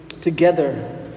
together